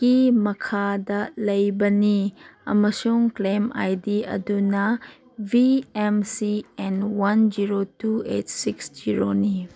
ꯀꯤ ꯃꯈꯥꯗ ꯂꯩꯕꯅꯤ ꯑꯃꯁꯨꯡ ꯀ꯭ꯂꯦꯝ ꯑꯥꯏ ꯗꯤ ꯑꯗꯨꯅ V M C N one zero two eight six ꯖꯦꯔꯣꯅꯤ